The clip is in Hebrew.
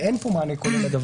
ואין פה מענה כולל.